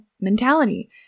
mentality